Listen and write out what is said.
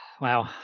wow